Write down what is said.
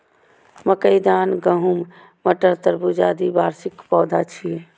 मकई, धान, गहूम, मटर, तरबूज, आदि वार्षिक पौधा छियै